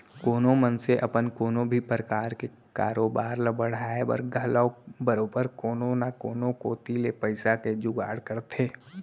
कोनो मनसे अपन कोनो भी परकार के कारोबार ल बढ़ाय बर घलौ बरोबर कोनो न कोनो कोती ले पइसा के जुगाड़ करथे